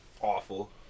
awful